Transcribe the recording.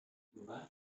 dinge